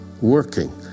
working